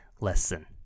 lesson